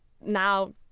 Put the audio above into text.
now